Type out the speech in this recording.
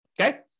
okay